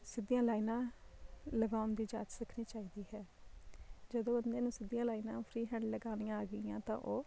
ਸਿੱਧੀਆਂ ਲਾਈਨਾਂ ਲਗਾਉਣ ਦੀ ਜਾਂਚ ਸਿੱਖਣੀ ਚਾਹੀਦੀ ਹੈ ਜਦੋਂ ਬੰਦੇ ਨੂੰ ਸਿੱਧੀਆਂ ਲਾਈਨਾਂ ਫ੍ਰੀ ਹੈਂਡ ਲਗਾਣੀਆਂ ਆ ਗਈਆਂ ਤਾਂ ਉਹ